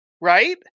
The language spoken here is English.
Right